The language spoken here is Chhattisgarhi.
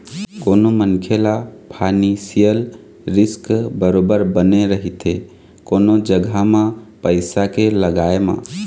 कोनो मनखे ल फानेसियल रिस्क बरोबर बने रहिथे कोनो जघा म पइसा के लगाय म